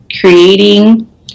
creating